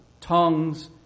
tongues